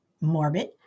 morbid